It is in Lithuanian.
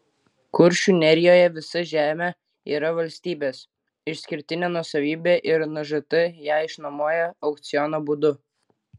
kuršių nerijoje visa žemė yra valstybės išskirtinė nuosavybė ir nžt ją išnuomoja aukciono būdu